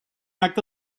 acte